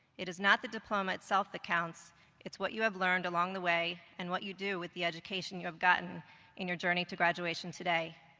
it is not the diploma itself that counts it's what you have learned along the way and what you do with the education you have gotten in your journey to graduation today.